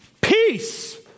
Peace